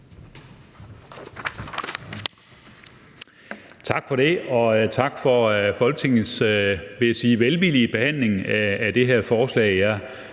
Tak for det, og tak for Folketingets, vil jeg sige, velvillige behandling af det her forslag.